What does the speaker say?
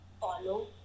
follow